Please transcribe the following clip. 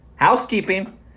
housekeeping